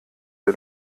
der